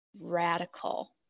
radical